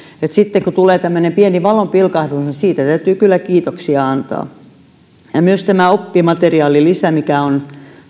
että sitten kun tulee tämmöinen pieni valonpilkahdus siitä täytyy kyllä kiitoksia antaa myös tämä oppimateriaalilisä mikä on